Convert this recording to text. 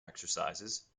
exercises